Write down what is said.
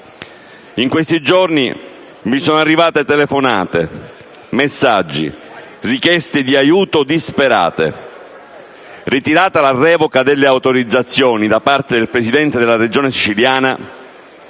ultimi giorni, mi sono arrivate telefonate, messaggi e richieste di aiuto disperate. Ritirata la revoca delle autorizzazioni da parte del presidente della Regione siciliana,